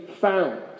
found